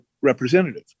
representative